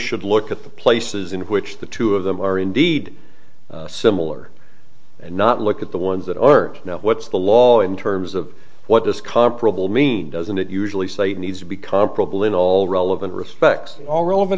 should look at the places in which the two of them are indeed similar and not look at the ones that are now what's the law in terms of what is comparable mean doesn't it usually say it needs to be comparable in all relevant respects all relevant